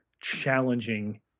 challenging